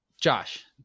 Josh